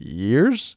years